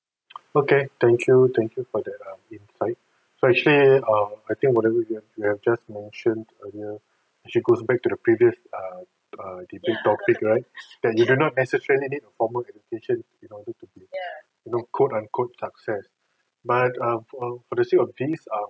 okay thank you thank you for that um inside so actually err I think whatever you have you have just mentioned earlier should goes back to the previous err err debate topic right that you do not necessary need formal education in order to be you know quote unquote success but um for for the sake of this ah